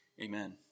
Amen